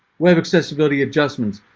web accessibility adjustments.